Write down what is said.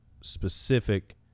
specific